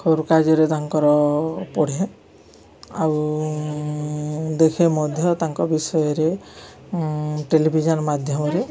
ଖବର କାଗ୍ଜରେ ତାଙ୍କର ପଢ଼େ ଆଉ ଦେଖେ ମଧ୍ୟ ତାଙ୍କ ବିଷୟରେ ଟେଲିଭିଜନ ମାଧ୍ୟମରେ